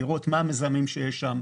לראות מה המזהמים שיש שם,